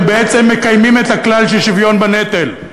בעצם מקיימים את הכלל של שוויון בנטל,